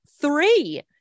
three